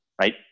right